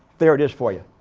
there it is for you.